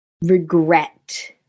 regret